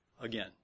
again